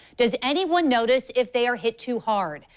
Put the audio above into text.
does anyone notice if they're hit too hard.